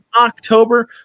October